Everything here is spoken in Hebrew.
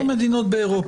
איזה מדינות באירופה?